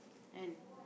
and